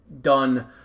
done